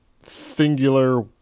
singular